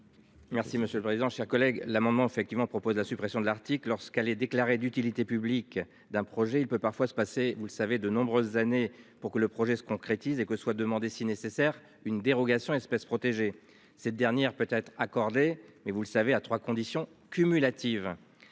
Merci monsieur le président. Chers collègues, l'amendement effectivement propose la suppression de l'Arctique lorsqu'elle est déclarée d'utilité publique d'un projet, il peut parfois se passer, vous le savez, de nombreuses années pour que le projet se concrétise et que soit demander si nécessaire une dérogation espèces protégées. Cette dernière peut être accordée. Mais vous le savez à 3 conditions cumulatives.